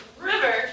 River